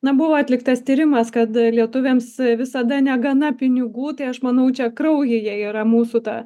na buvo atliktas tyrimas kad lietuviams visada negana pinigų tai aš manau čia kraujyje yra mūsų ta